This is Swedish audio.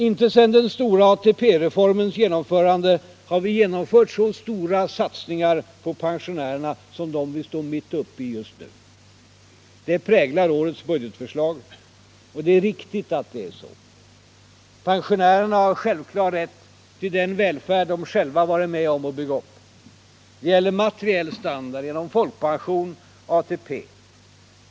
Inte sedan den stora ATP-reformens genomförande har vi gjort så stora satsningar på pensionärerna som de vi står mitt uppe i just nu. Detta präglar också årets budgetförslag. Och det är riktigt att det är så. Pensionärerna har en given rätt till den välfärd de själva varit med om att bygga upp. Det gäller materiell standard genom folkpension och ATP.